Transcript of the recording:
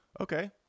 Okay